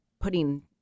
putting